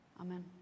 Amen